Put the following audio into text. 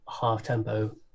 half-tempo